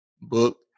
book